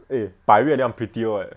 eh 白月亮 prettier [what]